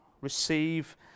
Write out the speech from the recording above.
Receive